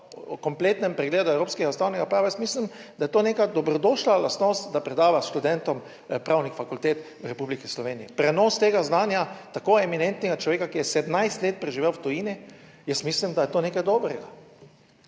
o kompletnem pregledu evropskega ustavnega prava jaz mislim, da je to neka dobrodošla lastnost, da predava študentom pravnih fakultet v Republiki Sloveniji. Prenos tega znanja tako eminentnega človeka, ki je 17 let preživel v tujini, jaz mislim, da je to nekaj dobrega.